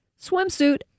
Swimsuit